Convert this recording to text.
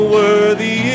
worthy